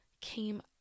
came